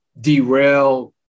derail